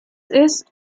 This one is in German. ist